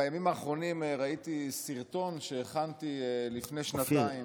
בימים האחרונים ראיתי סרטון שהכנתי לפני שנתיים,